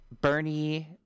Bernie